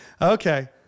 Okay